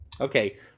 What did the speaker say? Okay